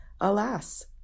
alas